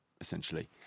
essentially